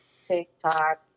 tiktok